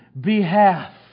behalf